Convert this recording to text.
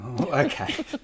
okay